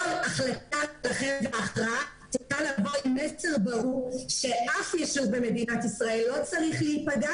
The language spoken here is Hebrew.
כל החלטה צריכה לבוא עם מסר ברור שאף ישוב במדינת ישראל לא צריך להיפגע